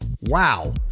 Wow